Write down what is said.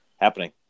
happening